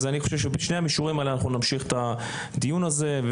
אז אני חושב שבשני המישורים האלה אנחנו נמשיך את הדיון הזה.